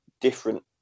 different